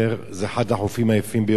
זה אחד החופים היפים ביותר.